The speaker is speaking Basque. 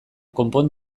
konpon